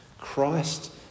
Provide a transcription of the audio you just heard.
Christ